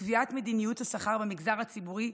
לקביעת מדיניות השכר במגזר הציבורי,